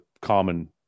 common